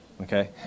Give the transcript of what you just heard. okay